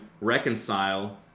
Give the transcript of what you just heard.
reconcile